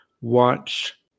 watch